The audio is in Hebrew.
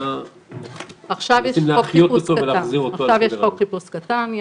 עכשיו יש חוק חיפוש קטן,